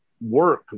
work